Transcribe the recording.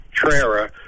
Trera